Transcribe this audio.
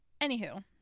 anywho